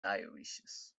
dioecious